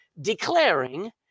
declaring